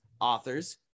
authors